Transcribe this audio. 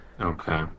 Okay